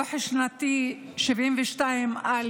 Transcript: דוח שנתי 72א,